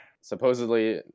supposedly